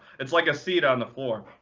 it's like a seat on the floor.